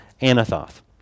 Anathoth